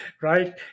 Right